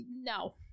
no